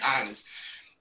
honest